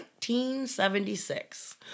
1976